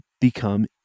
become